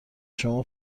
شما